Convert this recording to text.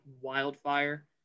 wildfire